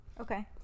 okay